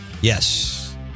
Yes